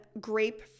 grape